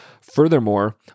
Furthermore